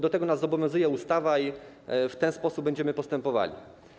Do tego nas zobowiązuje ustawa i w ten sposób będziemy postępowali.